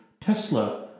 Tesla